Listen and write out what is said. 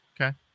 Okay